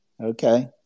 Okay